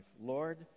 Lord